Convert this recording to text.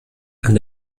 and